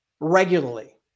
regularly